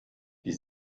die